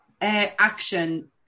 action